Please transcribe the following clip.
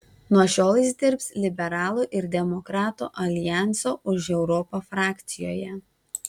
nuo šiol jis dirbs liberalų ir demokratų aljanso už europą frakcijoje